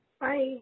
Bye